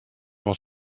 van